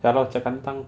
there are a lot of